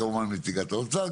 ותכף נשמע את נציגת האוצר,